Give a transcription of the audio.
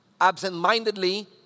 absent-mindedly